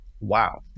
wow